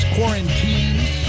Quarantines